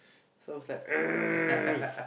so it was like